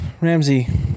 ramsey